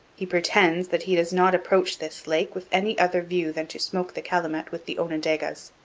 he pretends that he does not approach this lake with any other view than to smoke the calumet with the onondagas.